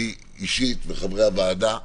אני אישית וחברי הוועדה.